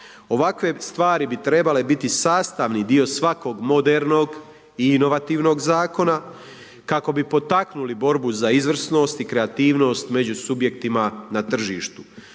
Ovakve stvari bi trebale biti sastavni dio svakog modernog i inovativnog zakona kako bi potaknuli borbu za izvrsnost i kreativnost među subjektima na tržištu.